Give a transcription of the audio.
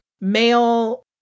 male